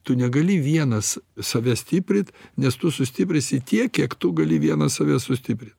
tu negali vienas save stiprint nes tu sustiprinsi tiek kiek tu gali vieną save sustiprint